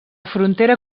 frontera